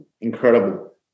Incredible